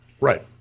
Right